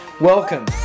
Welcome